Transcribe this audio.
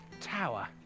tower